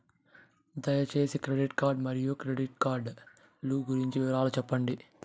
దయసేసి credit card మరియు credit card లు గురించి వివరాలు సెప్పండి?